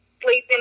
Sleeping